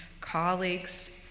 colleagues